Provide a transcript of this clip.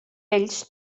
ells